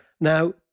Now